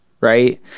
right